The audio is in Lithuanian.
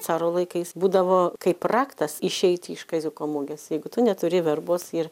caro laikais būdavo kaip raktas išeiti iš kaziuko mugės jeigu tu neturi verbos ir